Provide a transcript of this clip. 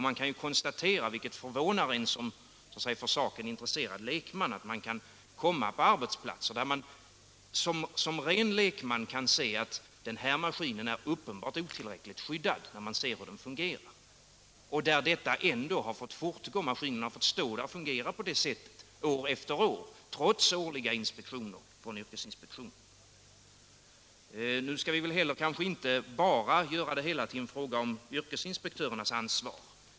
Man kan, vilket förvånar en för saken intresserad lekman, komma till arbetsplatser där man som ren lekman kan se att t.ex. en maskin är uppenbart otillräckligt skyddad med hänsyn till hur den fungerar, och där arbetet ändå fått fortgå och maskinen fått stå på samma sätt år efter år trots årliga inspektioner från yrkesinspektionen. Vi skall kanske inte heller bara göra det hela till en fråga om yrkesinspektörernas ansvar.